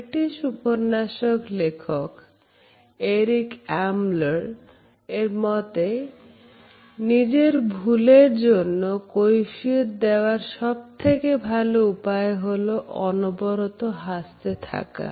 British উপন্যাস লেখক Eric Ambler এর মতে নিজের ভুলের জন্য কৈফিয়ত দেওয়ার সব থেকে ভালো উপায় হল অনবরত হাসতে থাকা